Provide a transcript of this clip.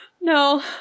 No